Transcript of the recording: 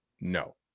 No